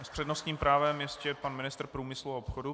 S přednostním právem ještě pan ministr průmyslu a obchodu.